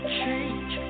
change